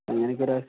അങ്ങനെ ചില